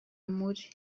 muri